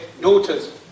daughters